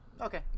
Okay